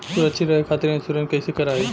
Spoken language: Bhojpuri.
सुरक्षित रहे खातीर इन्शुरन्स कईसे करायी?